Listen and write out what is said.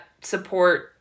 support